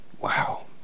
Wow